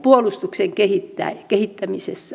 ja niin edelleen